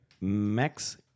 Max